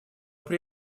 при